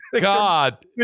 God